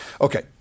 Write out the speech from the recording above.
Okay